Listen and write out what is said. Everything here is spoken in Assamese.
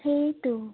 সেইটো